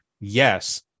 yes